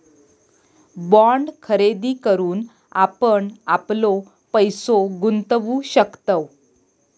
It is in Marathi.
बाँड खरेदी करून आपण आपलो पैसो गुंतवु शकतव